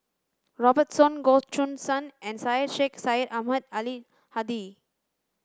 Robert Soon Goh Choo San and Syed Sheikh Syed Ahmad Al Hadi